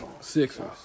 Sixers